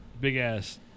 big-ass